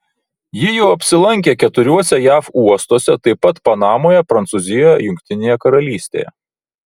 ji jau apsilankė keturiuose jav uostuose taip pat panamoje prancūzijoje jungtinėje karalystėje